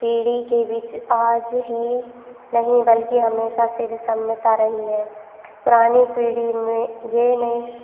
पीढ़ी के बीच आज ही नहीं बल्कि हमेशा से विषमता रही है पुरानी पीढ़ी में ये नहीं